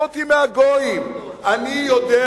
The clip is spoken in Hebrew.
אני יודע